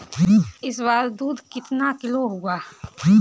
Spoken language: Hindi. इस बार दूध कितना किलो हुआ है?